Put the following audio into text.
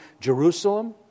Jerusalem